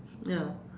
ya